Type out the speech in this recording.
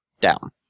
down